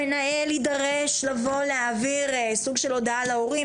המנהל יידרש לבוא להעביר סוג של הודעה להורים,